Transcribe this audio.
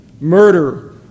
murder